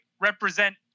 represent